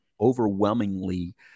overwhelmingly